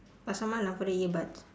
pasar malam for the earbuds